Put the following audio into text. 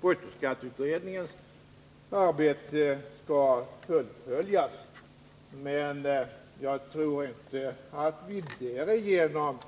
Bruttoskatteutredningens arbete skall fullföljas. Men jag tror inte att vi därigenom